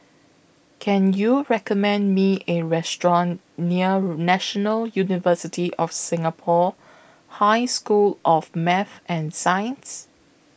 Can YOU recommend Me A Restaurant near National University of Singapore High School of Math and Science